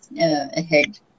ahead